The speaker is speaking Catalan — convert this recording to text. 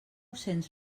cents